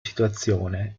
situazione